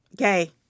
okay